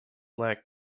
lack